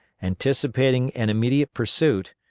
anticipating an immediate pursuit,